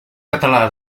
català